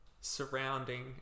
surrounding